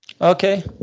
Okay